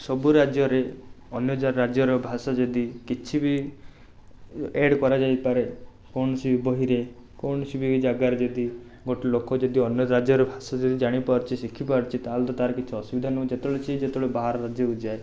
ସବୁ ରାଜ୍ୟରେ ଅନ୍ୟ ଯା ରାଜ୍ୟର ଭାଷା ଯଦି କିଛି ବି ଆଡ଼୍ କରାଯାଇପାରେ କୌଣସି ବହିରେ କୌଣସି ବି ଜାଗାରେ ଯଦି ଗୋଟେ ଲୋକ ଯଦି ଅନ୍ୟ ରାଜ୍ୟର ଭାଷା ଯଦି ଜାଣିପାରୁଛି ଶିଖିପାରୁଛି ତାହେଲେ ତ ତା'ର କିଛି ଅସୁବିଧା ନୁହଁ ଯେତେବେଳେ ସିଏ ଯେତେବେଳେ ବାହାର ରାଜ୍ୟକୁ ଯାଏ